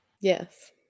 Yes